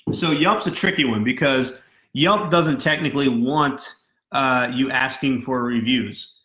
so yelp is a tricky one because yelp doesn't technically want you asking for reviews.